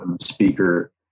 speaker